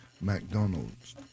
McDonald's